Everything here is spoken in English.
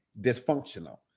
dysfunctional